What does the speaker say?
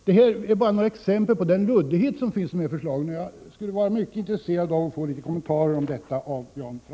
Detta är bara några exempel på den luddighet som karakteriserar utskottsmajoritetens förslag. Jag skulle vara mycket intresserad av att få några kommentarer till detta av Jan Fransson.